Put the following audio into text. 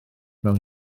mewn